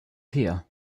pier